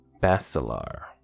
basilar